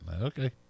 Okay